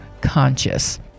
conscious